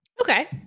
Okay